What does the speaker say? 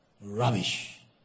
Rubbish